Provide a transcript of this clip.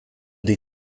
die